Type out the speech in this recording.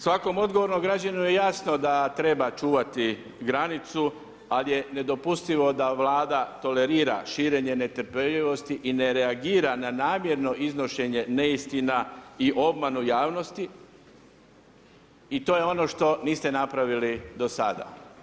Svakom odgovornom građaninu je jasno da treba čuvati granicu, al' je nedopustivo da Vlada tolerira širenje netrpeljivosti i ne reagira na namjerno iznošenje neistina i omanu javnosti, i to je ono što niste napravili do sada.